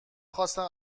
خواستم